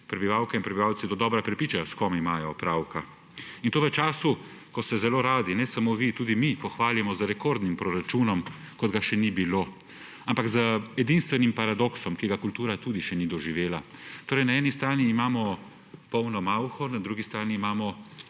prebivalke in prebivalci dodobra prepričali, s kom imajo opravka, in to v času, ko se zelo radi ne samo vi, tudi mi, pohvalimo z rekordnim proračunom, kot ga še ni bilo. Ampak z edinstvenim paradoksom, ki ga kultura tudi še ni doživela. Torej, na eni strani imamo polno malho, na drugi strani imamo